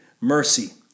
mercy